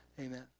Amen